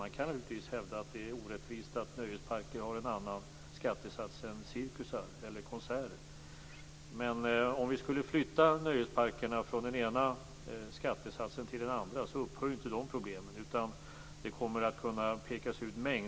Man kan naturligtvis hävda att det är orättvist att nöjesparker har en annan skattesats än cirkusar eller konserter. Men de problemen upphör inte om vi flyttar nöjesparkerna från den ena skattesatsen till den andra. Mängder av andra gränsdragningsproblem kommer att pekas ut.